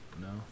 no